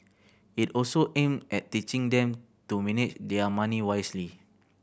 it also aimed at teaching them to manage their money wisely